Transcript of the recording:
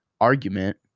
argument